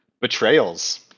betrayals